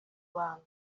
bantu